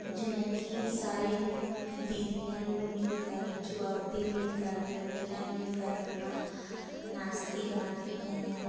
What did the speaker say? जो हैं कि सारे दीदीयाँ लोग मिलकर जो औरतें मिलकर लड़कियाँ मिलकर अपना नाचती गाती हैं